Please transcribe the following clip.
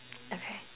okay